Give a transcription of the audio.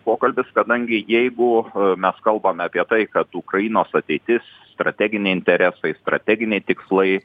pokalbis kadangi jeigu mes kalbame apie tai kad ukrainos ateitis strateginiai interesai strateginiai tikslai